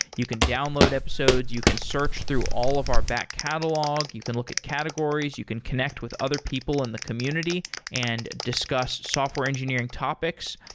you can download episodes. you can search through all of our back catalogue. you can look at categories. you can connect with other people in the community and discuss software engineering topics.